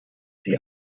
sie